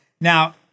Now